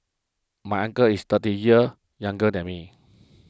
my uncle is thirty years younger than me